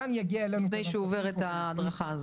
כן, כן מבלי שהוא יעבור את ההדרכה הזו.